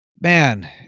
man